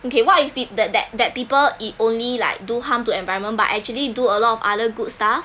okay what is if that that that people it only like do harm to environment but actually do a lot of other good stuff